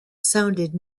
sounded